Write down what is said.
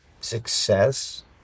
success